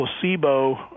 placebo